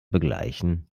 begleichen